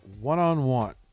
one-on-one